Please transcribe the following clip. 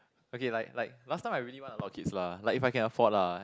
okay like like last time I really want a lot of kids lah like if I can afford lah